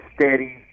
steady